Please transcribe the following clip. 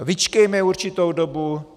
Vyčkejme určitou dobu.